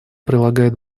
прилагает